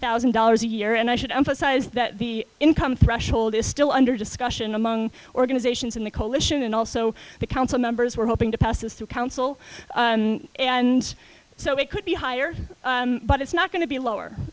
thousand dollars a year and i should emphasize that the income threshold is still under discussion among organizations in the coalition and also the council members were hoping to pass this to counsel and so it could be higher but it's not going to be lower